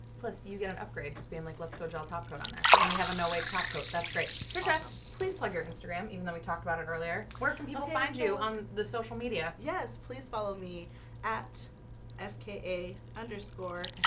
plus you get an upgrade. it's being like let's go gel topcoat on there. yeah. we have a no-wake topcoat that's great. trisha. please plug your instagram, even though we talked about it earlier. where can people find you on the social media yes, please. follow me at ah fka underscore